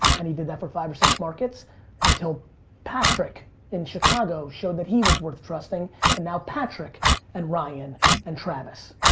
and he did that for five or six markets until patrick in chicago showed that he was worth trusting and now patrick and ryan and travis.